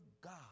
God